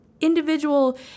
individual